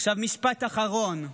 עכשיו משפט אחרון.